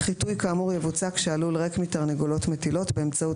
חיטוי כאמור יבוצע כשהלול ריק מתרנגולות מטילות באמצעות